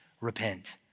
repent